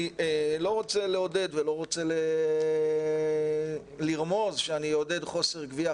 אני לא רוצה לעודד ולא רוצה לרמוז שאני אעודד חוסר גבייה.